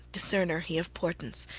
discerner he of portents,